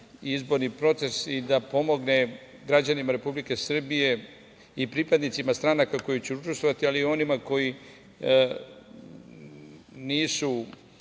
izborni proces i da pomogne građanima Republike Srbije i pripadnicima stranaka koje će učestvovati, ali i onima koji nisu